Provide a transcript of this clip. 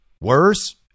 worse